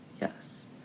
yes